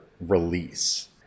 release